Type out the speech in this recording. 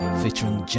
featuring